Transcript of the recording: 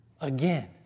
Again